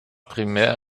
primär